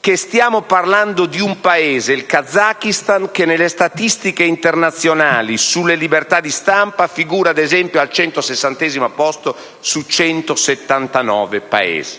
che stiamo parlando di un Paese - il Kazakistan - che nelle statistiche internazionali sulle libertà di stampa figura al centosessantesimo posto su 179 Paesi.